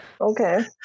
Okay